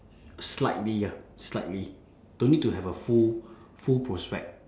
slightly ah slightly don't need to have a full full prospect